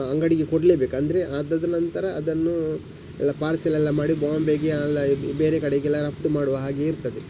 ಅಂಗಡಿಗೆ ಕೊಡಲೆಬೇಕು ಅಂದರೆ ಆದದ್ದು ನಂತರ ಅದನ್ನು ಎಲ್ಲ ಪಾರ್ಸೆಲ್ ಎಲ್ಲ ಮಾಡಿ ಬಾಂಬೆಗೆ ಅಲ್ಲಾ ಬೇರೆ ಕಡೆಗೆಲ್ಲ ರಫ್ತು ಮಾಡುವ ಹಾಗೆ ಇರ್ತದೆ